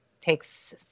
takes